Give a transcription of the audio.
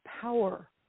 power